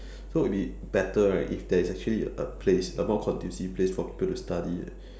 so it will be better right if there's actually a place a more conducive place for people to study at